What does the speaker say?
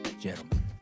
gentlemen